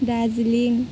Darjeeling